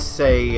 say